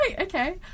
okay